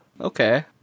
Okay